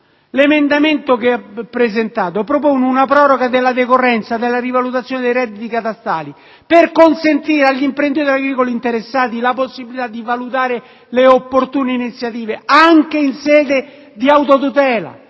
l'emendamento che ho presentato propone una proroga della decorrenza della rivalutazione dei redditi catastali per consentire agli imprenditori agricoli interessati la possibilità di valutare le opportune iniziative anche in sede di autotutela,